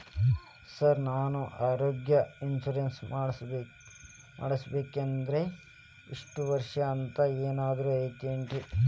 Sir ನಾನು ಆರೋಗ್ಯ insurance ಮಾಡಿಸ್ಬೇಕಂದ್ರೆ ಇಷ್ಟ ವರ್ಷ ಅಂಥ ಏನಾದ್ರು ಐತೇನ್ರೇ?